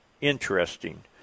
interesting